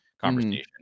conversation